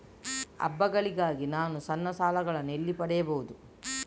ಹಬ್ಬಗಳಿಗಾಗಿ ನಾನು ಸಣ್ಣ ಸಾಲಗಳನ್ನು ಎಲ್ಲಿ ಪಡಿಬಹುದು?